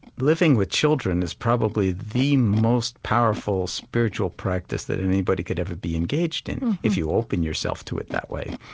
living with children is probably the most powerful spiritual practice that anybody could ever be engaged in if you open yourself to it that way.